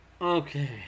Okay